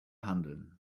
handeln